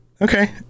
okay